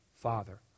father